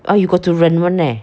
ah you got to 忍 [one] eh